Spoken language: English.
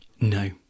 No